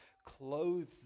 clothes